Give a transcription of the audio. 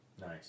Nice